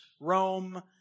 Rome